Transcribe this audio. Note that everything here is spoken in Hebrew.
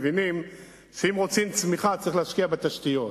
מבינים שאם רוצים צמיחה צריך להשקיע בתשתיות,